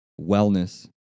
wellness